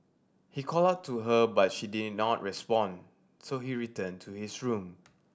he called out to her but she did not respond so he returned to his room